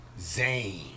Zayn